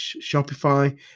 Shopify